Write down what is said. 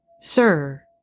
sir